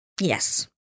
yes